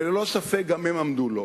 וללא ספק גם הם עמדו לו,